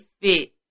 fit